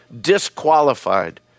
disqualified